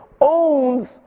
owns